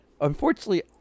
unfortunately